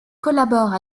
collabore